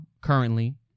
currently